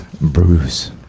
Bruce